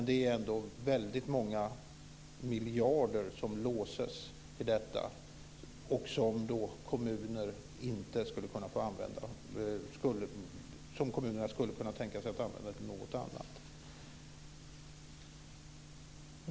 Det är ändå väldigt många miljarder som låses till detta och som kommunerna skulle kunna tänka sig att använda till något annat.